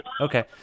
Okay